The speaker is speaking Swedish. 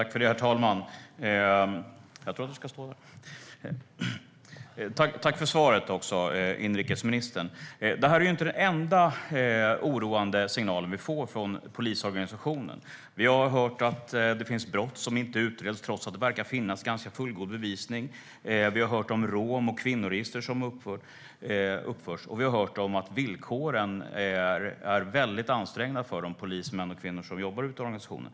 Herr talman! Tack för svaret, inrikesministern! Det här är inte den enda oroande signal vi får från polisorganisationen. Vi har hört att brott inte utreds trots att det verkar finnas fullgod bevisning. Vi har hört om rom och kvinnoregister. Vi har hört att villkoren är mycket ansträngda för de polismän och kvinnor som jobbar i organisationen.